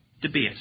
debate